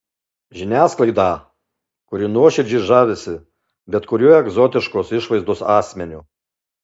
žiniasklaidą kuri nuoširdžiai žavisi bet kuriuo egzotiškos išvaizdos asmeniu